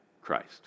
Christ